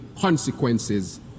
consequences